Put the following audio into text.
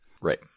Right